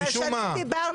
מזה אתם מתעלמים משום מה.